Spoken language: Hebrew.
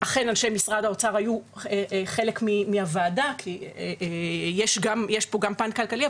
אכן אנשי משרד האוצר היו חלק מהוועדה כי יש פה גם פן כלכלי,